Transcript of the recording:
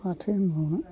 माथो होनबावनो